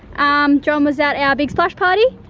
um john was at our big splash party.